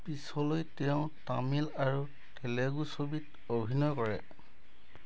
পিছলৈ তেওঁ তামিল আৰু তেলেগু ছবিত অভিনয় কৰে